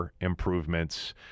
improvements